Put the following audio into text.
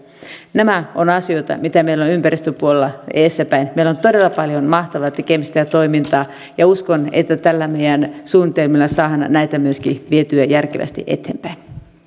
nämä ovat asioita mitä meillä on ympäristöpuolella edessä päin meillä on todella paljon mahtavaa tekemistä ja toimintaa ja uskon että tällä meidän suunnitelmallamme saadaan näitä myöskin vietyä järkevästi eteenpäin